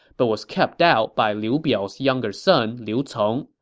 but was kept out by liu biao's younger son, liu cong.